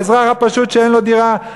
האזרח הפשוט שאין לו דירה,